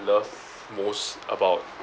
love most about